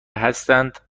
هستند